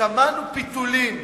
שמענו פיתולים.